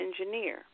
engineer